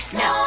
no